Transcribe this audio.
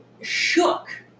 shook